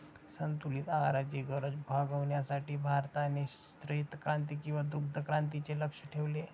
संतुलित आहाराची गरज भागविण्यासाठी भारताने श्वेतक्रांती किंवा दुग्धक्रांतीचे लक्ष्य ठेवले